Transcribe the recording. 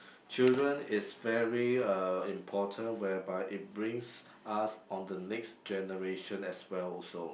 children is very uh important whereby it brings us on the next generation as well also